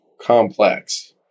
complex